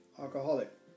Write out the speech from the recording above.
alcoholic